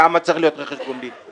כמה צריך להיות רכש גומלין?